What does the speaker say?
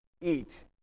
eat